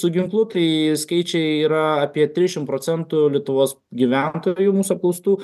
su ginklu tai skaičiai yra apie trisdešim procentų lietuvos gyventojų mūsų apklaustų